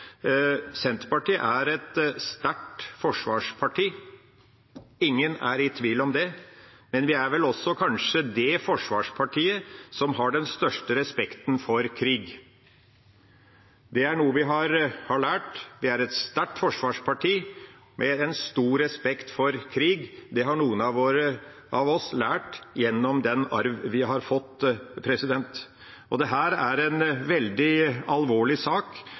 Senterpartiet er et sterkt forsvarsparti, ingen er i tvil om det, men vi er kanskje også det forsvarspartiet som har den største respekten for krig. Det er noe vi har lært. Vi er et sterkt forsvarsparti med en stor respekt for krig. Det har noen av oss lært gjennom den arv vi har fått. Dette er en veldig alvorlig sak,